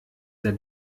der